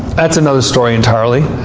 that's another story entirely,